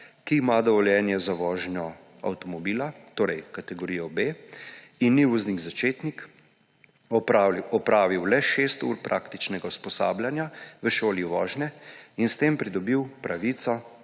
ki ima dovoljenje za vožnjo avtomobila, torej kategorijo B, in ni voznik začetnik opravil le 6 ur praktičnega usposabljanja v šoli vožnje in s tem pridobil pravico